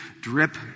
Drip